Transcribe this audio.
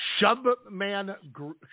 Shubman